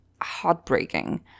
heartbreaking